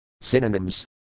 Synonyms